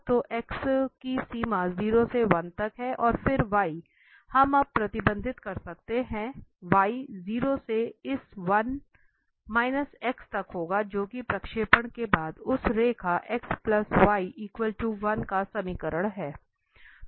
तो x की सीमा 0 से 1 तक है और फिर y हम अब प्रतिबंधित कर सकते हैं y 0 से इस 1 x तक होगा जो कि प्रक्षेपण के बाद उस रेखा x y 1 का समीकरण है